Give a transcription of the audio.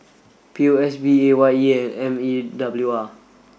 P O S B A Y E and M E W R